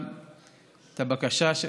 את הבקשה שלך.